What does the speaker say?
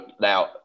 now